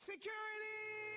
Security